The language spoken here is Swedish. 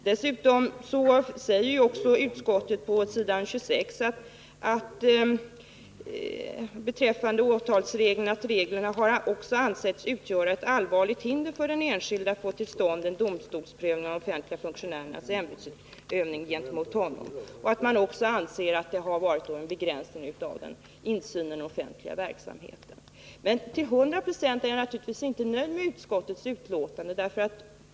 Dessutom anför utskottet på s. 26 att åtalsreglerna också har ”ansetts utgöra ett allvarligt hinder för den enskilde att få till stånd en domstolsprövning av de offentliga funktionärernas ämbetsutövning gentemot honom”, och att utskottet också anser att det har varit en begränsning av insynen i den offentliga verksamheten. Men till 100 96 är jag naturligtvis inte nöjd med utskottets betänkande.